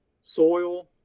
soil